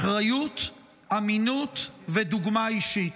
אחריות, אמינות ודוגמה אישית.